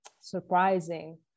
Surprising